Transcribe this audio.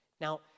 Now